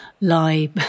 lie